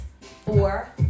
Four